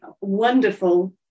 wonderful